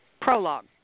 prologue